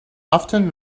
often